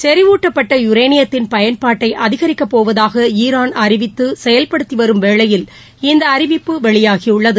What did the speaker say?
செநிவூட்டப்பட்ட யுரேனியத்தின் பயன்பாட்டை அதிகரிக்கப்போவதாக ஈரான் அறிவித்து செயல்படுத்தி வரும் வேளையில் இந்த அறிவிப்பு வெளியாகியுள்ளது